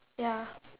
ya